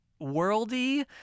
worldy